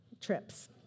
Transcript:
trips